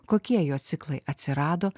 kokie jo ciklai atsirado